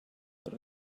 but